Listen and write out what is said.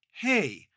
hey